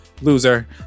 Loser